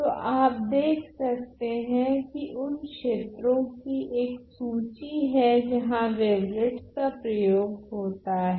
तो आप देख सकते है कि उन क्षेत्रों कि एक सूची है जहां वेवलेट्स का प्रयोग होता है